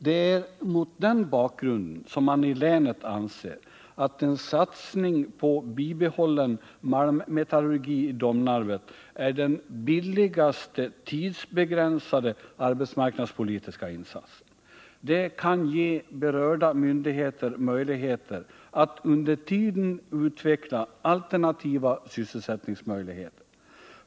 Det är mot den bakgrunden som man i länet anser att en satsning på bibehållen malmmetallurgi i Domnarvet är den billigaste tidsbegränsade arbetsmarknadspolitiska insatsen. Det kan ge berörda myndigheter tillfälle att under tiden utveckla alternativa sysselsättningsmöjligheter.